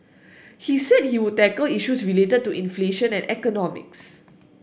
he said he would tackle issues related to inflation and economics